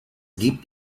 gibt